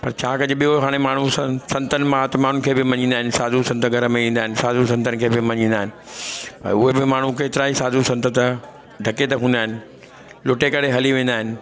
पर छा कजे ॿियो हाणे माण्हू सन संतनि महात्माउनि खे बि मञींदा आहिनि साधू संत घर में ईंदा आहिनि साधू संतनि खे बि मञींदा आहिनि पर उहे बि माण्हू केतिरा ई साधु संत त डकैत हूंदा आहिनि लूटे करे हली वेंदा आहिनि